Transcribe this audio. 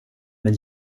men